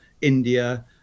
India